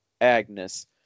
Agnes